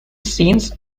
scenes